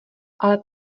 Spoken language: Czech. ale